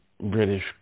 British